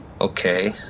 Okay